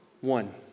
One